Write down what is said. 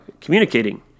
communicating